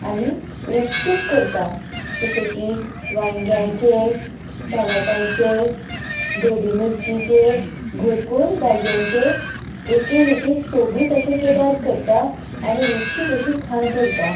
आनी रुच्चीक करता जशें की वांयग्यांचें टमाटांचे ढोबी मिरचीचें भरपूर भाज्यांचें एक एक सोबीत अशे पदार्थ करता आनी रुचीक अशी खाण करता